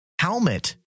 helmet